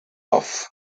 off